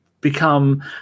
become